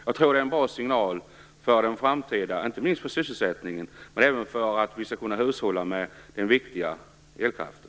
Jag tror att detta vore en bra signal, inte minst för sysselsättningen utan även för att man skall kunna hushålla med den viktiga elkraften.